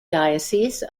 diocese